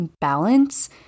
balance